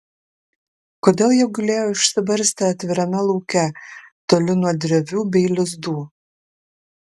kodėl jie gulėjo išsibarstę atvirame lauke toli nuo drevių bei lizdų